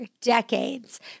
decades